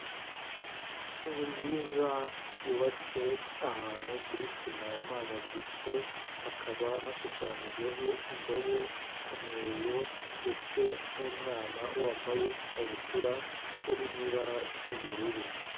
Inzu nziza yubatse ahantu kuri sima yamanyaguritse, hakaba hashushanyijeho indobo, umweyo ndetse n'umwana wambaye ikabutura uri mu ibara ry'ubururu.